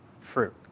fruit